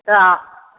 ता